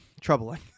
troubling